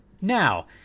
Now